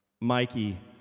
Mikey